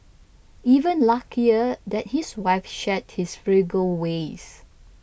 even luckier that his wife shared his frugal ways